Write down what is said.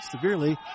severely